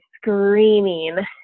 screaming